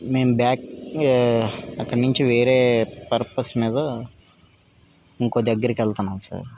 మేం బ్యాక్ అక్కడి నుంచి వేరే పర్పస్ మీద ఇంకో దగ్గరికి వెళ్తున్నాం సార్